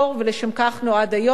ולשם כך נועד היום,